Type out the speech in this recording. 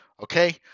okay